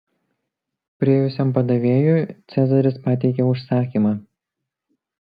priėjusiam padavėjui cezaris pateikė užsakymą